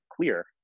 clear